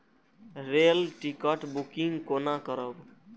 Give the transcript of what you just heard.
Rail ticket booking कोना करब?